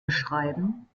beschreiben